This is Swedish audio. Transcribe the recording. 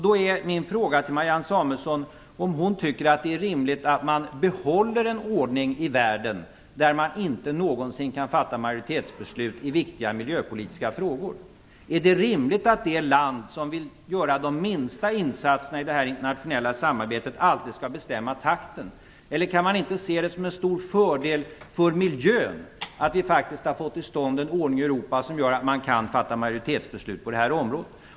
Då vill jag fråga Marianne Samuelsson om hon tycker att det är rimligt att behålla en ordning i världen som innebär att man inte någonsin kan fatta majoritetsbeslut i viktiga miljöpolitiska frågor. Är det rimligt att det land som vill göra de minsta insatserna i det här internationella samarbetet alltid skall bestämma takten? Eller kan man inte se det som en stor fördel för miljön att vi faktiskt har fått till stånd en ordning i Europa som gör att man kan fatta majoritetsbeslut på det här området?